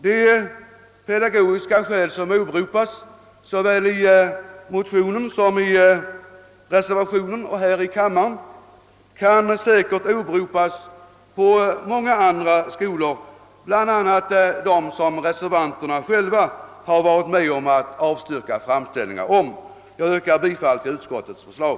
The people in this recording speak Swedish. De pedagogiska skäl som anförts såväl i motionen som i reservationen och också i kammaren kan säkerligen åberopas för många andra skolor, bland annat de skolor som reservanterna själva varit med om att avstyrka anslagsframställningar till. Jag yrkar bifall till utskottets förslag.